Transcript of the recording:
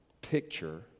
picture